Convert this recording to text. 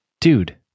Dude